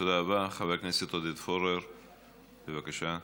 חבר הכנסת עודד פורר, בבקשה.